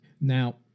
Now